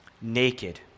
naked